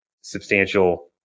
substantial